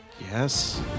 yes